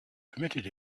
permitted